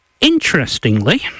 interestingly